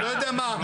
לא יודע מה,